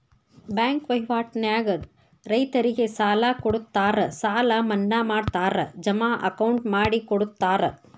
bank ವಹಿವಾಟ ನ್ಯಾಗ ರೈತರಿಗೆ ಸಾಲ ಕೊಡುತ್ತಾರ ಸಾಲ ಮನ್ನಾ ಮಾಡ್ತಾರ ಜಮಾ ಅಕೌಂಟ್ ಮಾಡಿಕೊಡುತ್ತಾರ